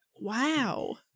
Wow